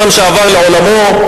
אדם שעבר לעולמו,